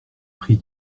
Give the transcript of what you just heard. prie